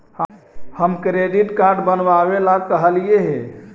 हम credit card बनावे ला कहलिऐ हे?